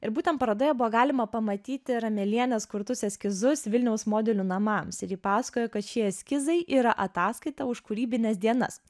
ir būtent parodoje buvo galima pamatyti ramelienės kurtus eskizus vilniaus modelių namams ir ji pasakojo kad šie eskizai yra ataskaita už kūrybines dienas